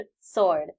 sword